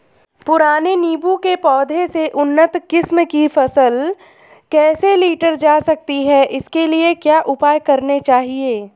पुराने नीबूं के पौधें से उन्नत किस्म की फसल कैसे लीटर जा सकती है इसके लिए क्या उपाय करने चाहिए?